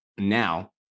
Now